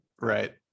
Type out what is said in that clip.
Right